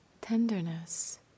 tenderness